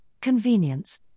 convenience